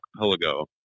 archipelago